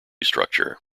structure